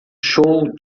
show